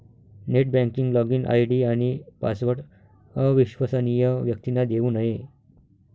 net banking login ID आणि password अविश्वसनीय व्यक्तींना देऊ नये